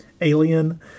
Alien